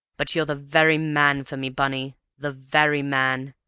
but you're the very man for me, bunny, the very man!